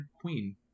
Queen